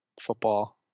football